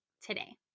today